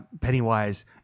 Pennywise